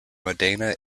modena